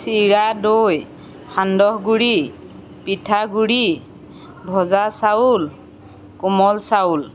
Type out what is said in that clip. চিৰা দৈ সান্দহগুড়ি পিঠাগুড়ি ভজা চাউল কোমল চাউল